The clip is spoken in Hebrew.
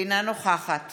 אינה נוכחת